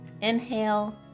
Inhale